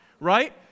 Right